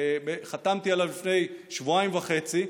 חתמתי עליו לפני שבועיים וחצי,